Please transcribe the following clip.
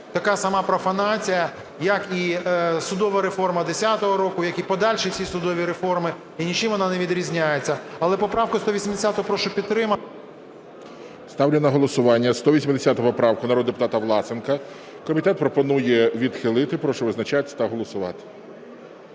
така сама профанація, як і судова реформа 10-го року, як і подальші всі судові реформи, і нічим воно не відрізняється. Але поправку 180 прошу підтримати. ГОЛОВУЮЧИЙ. Ставлю на голосування 180 поправку народного депутата Власенка. Комітет пропонує відхилити. Прошу визначатись та голосувати.